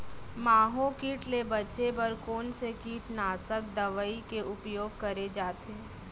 माहो किट ले बचे बर कोन से कीटनाशक दवई के उपयोग करे जाथे?